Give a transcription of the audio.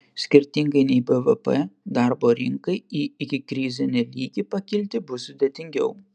skirtingai nei bvp darbo rinkai į ikikrizinį lygį pakilti bus sudėtingiau